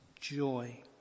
joy